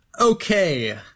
Okay